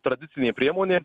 tradicinė priemonė